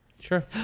Sure